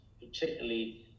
particularly